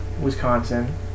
Wisconsin